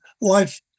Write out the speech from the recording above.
life